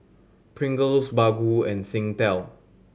Pringles Baggu and Singtel